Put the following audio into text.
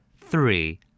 Three